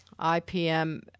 IPM